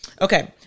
Okay